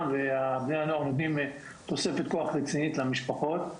וכשבני הנוער נותנים תוספת כוח רצינית למשפחות.